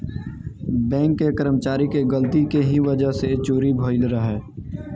bank के कर्मचारी के गलती के ही वजह से चोरी भईल रहे